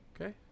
Okay